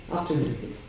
Optimistic